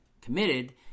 committed